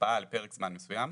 הקפאה לפרק זמן מסוים,